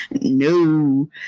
No